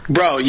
Bro